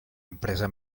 impresa